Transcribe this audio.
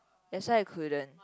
that's why I couldn't